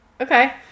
Okay